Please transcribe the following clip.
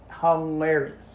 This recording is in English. hilarious